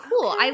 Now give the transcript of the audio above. cool